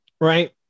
right